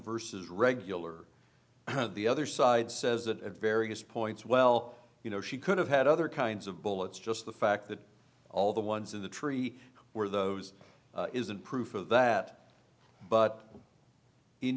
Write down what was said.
versus regular kind of the other side says that at various points well you know she could have had other kinds of bullets just the fact that all the ones in the tree were those isn't proof of that but in